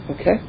Okay